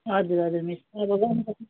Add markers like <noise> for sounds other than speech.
हजुर हजुर मिस अहिले <unintelligible>